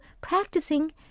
practicing